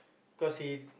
because he